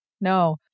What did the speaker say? No